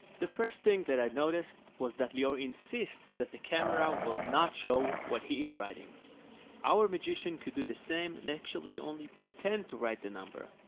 the first thing that noticed was that lior insists that the camera will not show what he is writing our magician could do the same and actually only pretend to write the number.